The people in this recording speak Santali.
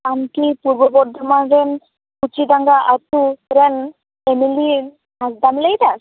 ᱟᱢ ᱠᱤ ᱯᱩᱨᱵᱚ ᱵᱚᱨᱫᱷᱚᱢᱟᱱ ᱨᱮᱱ ᱠᱤᱪᱤ ᱰᱟᱸᱜᱟ ᱟᱛᱳ ᱨᱮᱱ ᱮᱢᱮᱞᱤ ᱦᱟᱸᱥᱫᱟᱜ ᱮᱢ ᱞᱟᱹᱭᱮᱫᱟ